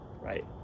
right